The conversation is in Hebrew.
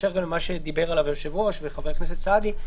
בהמשך גם למה שדיברו עליו היושב-ראש וחבר הכנסת סעדי,